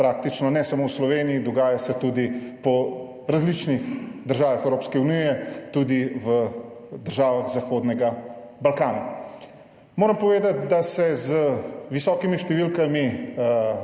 praktično, ne samo v Sloveniji, dogaja se tudi po različnih državah Evropske unije, tudi v državah zahodnega Balkana. Moram povedati, da se z visokimi številkami